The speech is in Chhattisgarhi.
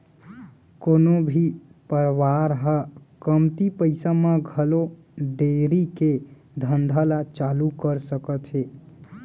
कोनो भी परवार ह कमती पइसा म घलौ डेयरी के धंधा ल चालू कर सकत हे